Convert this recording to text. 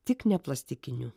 tik neplastikinių